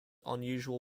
unusual